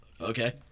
okay